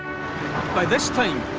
by this time,